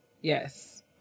Yes